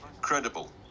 credible